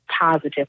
positive